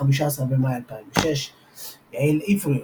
15 במאי 2006 יעל עברי,